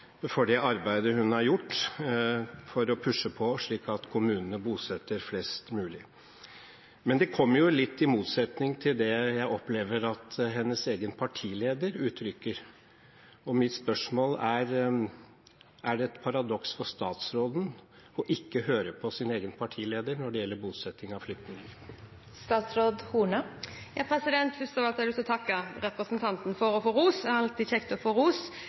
for det arbeidet hun har gjort for å pushe på slik at kommunene bosetter flest mulig. Men det blir litt i motsetning til det jeg opplever at hennes egen partileder uttrykker. Mitt spørsmål er: Er det et paradoks for statsråden ikke å høre på sin egen partileder når det gjelder bosetting av flyktninger? Først av alt har jeg lyst til å takke representanten for rosen – det er alltid kjekt å få ros